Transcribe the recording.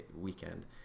weekend